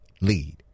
lead